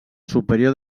superior